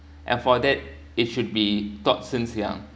and for that it should be taught since young